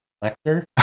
collector